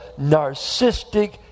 narcissistic